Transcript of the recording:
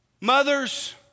mothers